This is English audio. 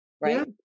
right